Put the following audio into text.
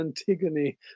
Antigone